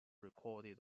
recorded